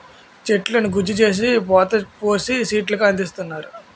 చెట్లను గుజ్జు చేసి పోత పోసి సీట్లు గా అందిస్తున్నారు